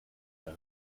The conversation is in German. mehr